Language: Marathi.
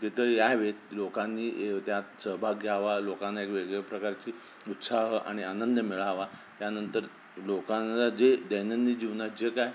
तिथं यावे लोकांनी त्यात सहभाग घ्यावा लोकांना एक वेगवेगळ्या प्रकारची उत्साह आणि आनंद मिळावा त्यानंतर लोकांना जे दैनंदिन जीवनात जे काय